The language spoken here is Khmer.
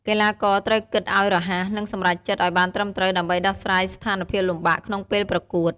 កីឡាករត្រូវគិតឲ្យរហ័ស និងសម្រេចចិត្តបានត្រឹមត្រូវដើម្បីដោះស្រាយស្ថានភាពលំបាកក្នុងពេលប្រកួត។